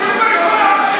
כמה אפשר להרוג?